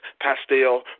pastel